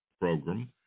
program